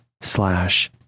slash